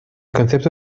concepto